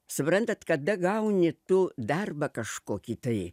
suprantat kada gauni tu darbą kažkokį tai